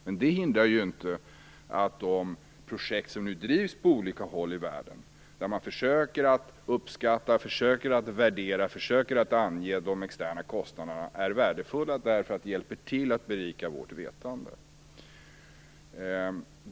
Men det hindrar inte att projekt som drivs på olika håll i världen där man försöker att uppskatta, värdera och ange de externa kostnaderna är värdefulla, eftersom det hjälper till att berika vårt vetande.